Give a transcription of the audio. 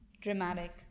dramatic